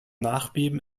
nachbeben